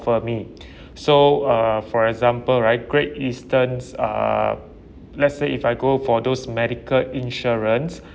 me so uh for example right Great Eastern's uh let's say if I go for those medical insurance